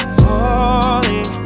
falling